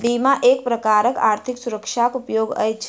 बीमा एक प्रकारक आर्थिक सुरक्षाक उपाय अछि